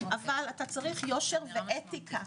אבל אתה צריך יושר ואתיקה.